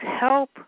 help